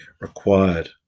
required